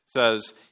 says